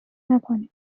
نکنی